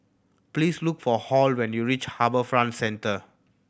please look for Hall when you reach HarbourFront Centre